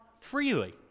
freely